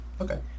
Okay